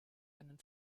einen